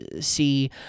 see